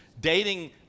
dating